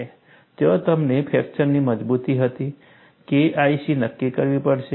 ત્યાં તમને ફ્રેક્ચરની મજબૂતી હતી KIC નક્કી કરવી પડશે